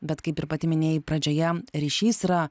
bet kaip ir pati minėjai pradžioje ryšys yra